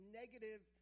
negative